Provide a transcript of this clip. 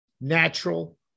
natural